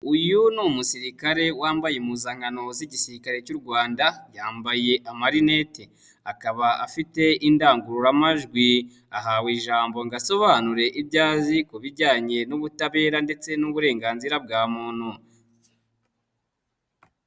Uyu ni umusirikare wambaye impuzankano z'igisirikare cy'u Rwanda, yambaye amarinete akaba afite indangururamajwi, ahawe ijambo ngo asobanure ibyo azi ku bijyanye n'ubutabera ndetse n'uburenganzira bwa muntu.